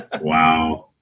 wow